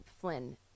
Flynn